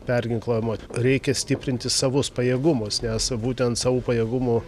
perginklavimo reikia stiprinti savus pajėgumus nes būtent savų pajėgumų